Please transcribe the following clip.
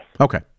Okay